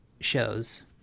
shows